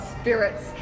spirits